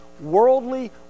Worldly